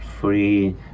free